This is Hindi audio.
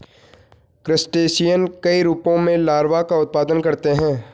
क्रस्टेशियन कई रूपों में लार्वा का उत्पादन करते हैं